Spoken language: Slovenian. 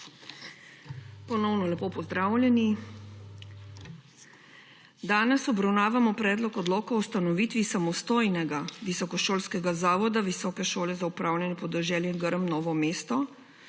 Ponovno pozdravljeni. Danes obravnavamo Predlog odloka o ustanovitvi samostojnega visokošolskega zavoda Visoke šole za upravljanje podeželja Grm Novo mesto,